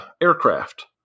aircraft